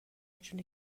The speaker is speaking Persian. جون